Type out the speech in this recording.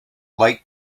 light